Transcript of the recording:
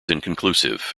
inconclusive